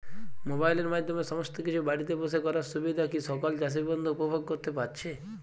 মোবাইলের মাধ্যমে সমস্ত কিছু বাড়িতে বসে করার সুবিধা কি সকল চাষী বন্ধু উপভোগ করতে পারছে?